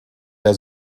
der